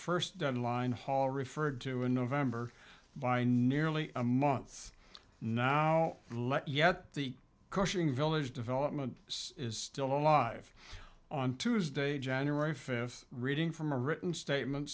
first deadline hall referred to in november by and nearly a month now and let yet the crushing village development is still alive on tuesday january fifth reading from a written statement